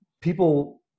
People